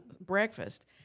breakfast